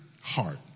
heart